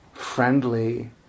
friendly